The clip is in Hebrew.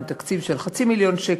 עם תקציב של חצי מיליון שקל,